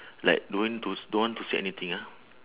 like don't want to don't want to say anything ah